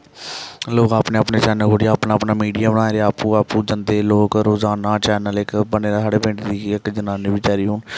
लोक अपने अपने चैनल खोहलियै अपने अपने मिडिया बनाए दे आपूं आपूं जंदे लोक रोजाना चैनल इक बने दा साढ़े पिंड दी इक जनानी बचैरी हून